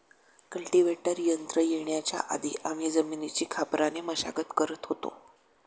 cultivator यंत्र येण्याच्या आधी आम्ही जमिनीची खापराने मशागत करत होतो